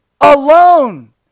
alone